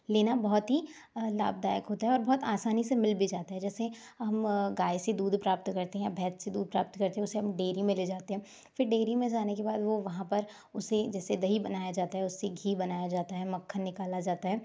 लेना बहुत ही लाभदायक होता है और बहुत आसानी से मिल भी जाता है जैसे हम गाय से दूध प्राप्त करते हैं भैंस से दूध प्राप्त करते हैं उसे हम डेरी में ले जाते हैं फिर डेरी में जाने के बाद वो वहाँ पर उससे जैसे दहीं बनाया जाता है उससे घी बनाया जाता है मक्खन निकाला जाता है